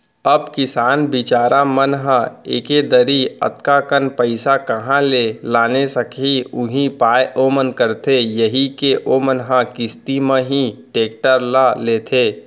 अब किसान बिचार मन ह एके दरी अतका कन पइसा काँहा ले लाने सकही उहीं पाय ओमन करथे यही के ओमन ह किस्ती म ही टेक्टर ल लेथे